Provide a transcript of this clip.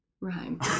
rhyme